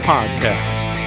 Podcast